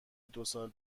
دوسال